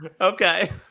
Okay